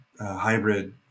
hybrid